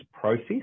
process